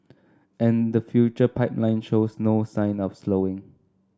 and the future pipeline shows no sign of slowing